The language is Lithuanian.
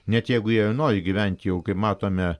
net jeigu jie ir nori gyvent jau kaip matome